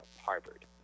Harvard